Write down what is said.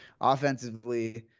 offensively